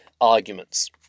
arguments